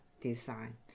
design